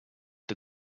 the